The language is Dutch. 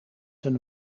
een